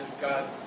God